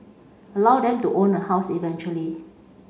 allow them to own a house eventually